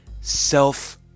self